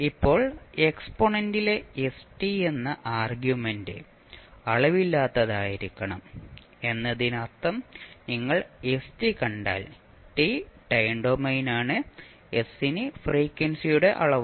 ഇപ്പോൾ എക്സ്പോണന്റിലെ st എന്ന ആർഗ്യുമെന്റ് അളവില്ലാത്തതായിരിക്കണം എന്നതിനർത്ഥം നിങ്ങൾ st കണ്ടാൽ t ടൈം ഡൊമെയ്നാണ് s ന് ഫ്രീക്വൻസിയുടെ അളവാണ്